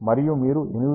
9 MHz వద్ద RF ఉంది